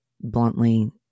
bluntly